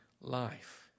life